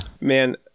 Man